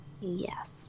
Yes